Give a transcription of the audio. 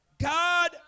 God